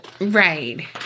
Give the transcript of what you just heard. Right